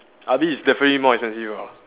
I mean it's definitely more expensive ah